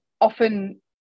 often